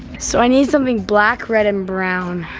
so i need something black, red and brown,